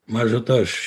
maža to aš